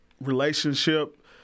relationship